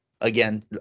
Again